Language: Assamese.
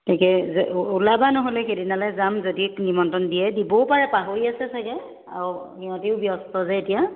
গতিকে উলাবা নহ'লে সেইদিনালে যাম যদি নিমন্ত্ৰণ দিয়ে দিবও পাৰে পাহৰি আছে চাগে আৰু সিহঁতিও ব্যস্ত যে এতিয়া